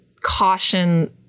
caution